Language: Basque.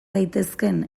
daitezkeen